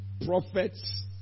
prophets